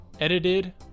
Edited